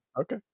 okay